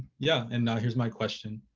yeah and now here's my question.